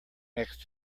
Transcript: next